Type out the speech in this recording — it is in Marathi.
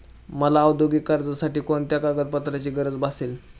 मला औद्योगिक कर्जासाठी कोणत्या कागदपत्रांची गरज भासेल?